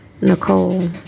Nicole